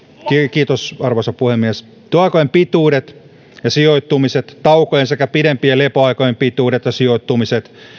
kiitos arvoisa puhemies työaikojen pituudet ja sijoittumiset taukojen sekä pidempien lepoaikojen pituudet ja sijoittumiset